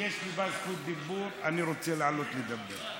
ויש לי בה זכות דיבור, אני רוצה לעלות לדבר.